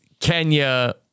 Kenya